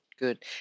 good